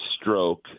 stroke